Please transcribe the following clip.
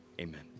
Amen